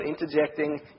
interjecting